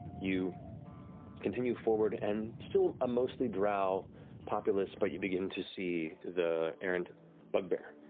you continue forward and, still, a mostly drow populous, but you begin to see the errant bugbear,